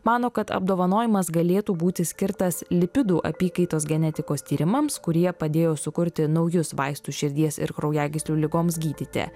mano kad apdovanojimas galėtų būti skirtas lipidų apykaitos genetikos tyrimams kurie padėjo sukurti naujus vaistus širdies ir kraujagyslių ligoms gydyti